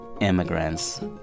immigrants